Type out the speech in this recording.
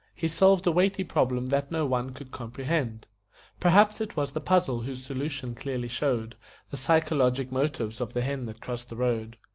he solved a weighty problem that no one could comprehend perhaps it was the puzzle whose solution clearly showed the psychologic motives of the hen that crossed the road.